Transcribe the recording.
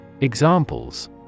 Examples